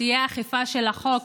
תהיה אכיפה של החוק.